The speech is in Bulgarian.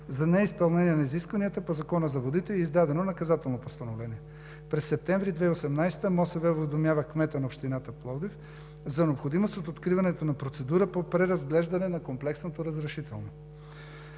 за неизпълнение на изисквания по Закона за водите и е издадено наказателно постановление. През месец септември 2018 г. МОСВ уведомява кмета на общината в Пловдив за необходимост от откриването на процедура по преразглеждане на комплексното разрешително